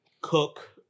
cook